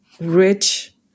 rich